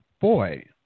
boy